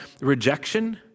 rejection